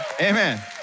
Amen